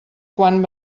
quan